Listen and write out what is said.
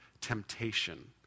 temptation